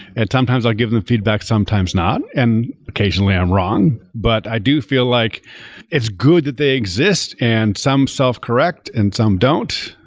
and sometimes i give them feedback. sometimes not, and occasionally i'm wrong. but i do feel like it's good that they exist and some self-correct and some don't.